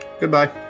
Goodbye